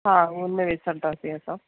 हा हुन में विझी छॾिदासीं असां